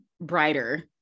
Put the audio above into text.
brighter